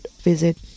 visit